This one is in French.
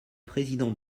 président